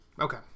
Okay